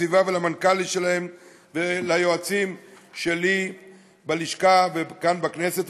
הסביבה ולמנכ"ל שלו וליועצים שלי בלשכה וכאן בכנסת.